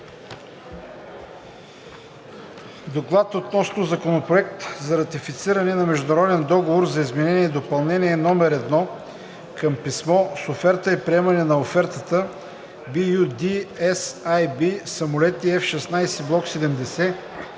„Доклад относно Законопроект за ратифициране на международен договор за Изменение и допълнение № 1 към Писмо с оферта и приемане на офертата (LOA) BU-D-SAB „Самолети F-16 Block 70